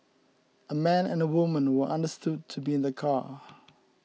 a man and a woman were understood to be in the car